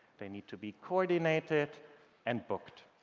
they need to be coordinated and booked.